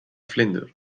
vlinder